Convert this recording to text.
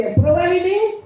providing